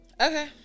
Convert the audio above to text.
Okay